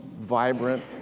vibrant